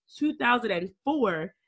2004